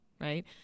right